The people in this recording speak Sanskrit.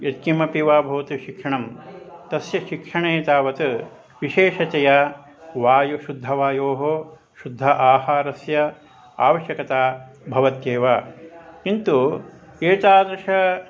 यत्किमपि वा भवतु शिक्षणं तस्य शिक्षणे तावत् विशेषतया वायुः शुद्धवायोः शुद्ध आहारस्य आवश्यकता भवत्येव किन्तु एतादृश